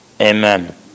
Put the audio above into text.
amen